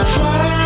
Fly